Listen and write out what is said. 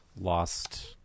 lost